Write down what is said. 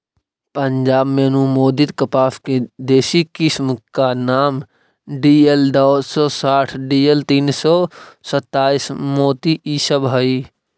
पंजाब में अनुमोदित कपास के देशी किस्म का नाम डी.एल दो सौ साठ डी.एल तीन सौ सत्ताईस, मोती इ सब हई